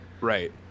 Right